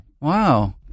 Wow